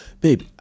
babe